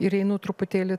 ir einu truputėlį